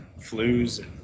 flus